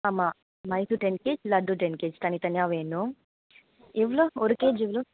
ஆமாம் மைசூர் டென் கேஜ் லட்டு டென் கேஜ் தனித்தனியாக வேணும் எவ்வளோ ஒரு கேஜ் எவ்வளோ